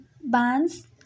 bands